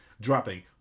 dropping